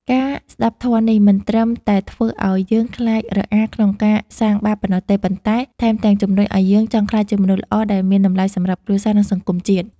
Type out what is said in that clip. ការស្ដាប់ធម៌នេះមិនត្រឹមតែធ្វើឱ្យយើងខ្លាចរអាក្នុងការសាងបាបប៉ុណ្ណោះទេ ប៉ុន្តែថែមទាំងជំរុញឱ្យយើងចង់ក្លាយជាមនុស្សល្អដែលមានតម្លៃសម្រាប់គ្រួសារ និងសង្គមជាតិ។